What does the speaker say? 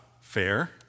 fair